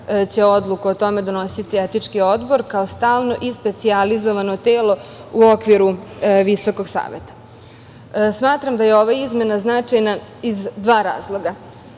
će odluku o tome donositi Etički odbor, kao stalno i specijalizovano telo u okviru Visokog saveta. Smatram da je ova izmena značajna iz dva razloga.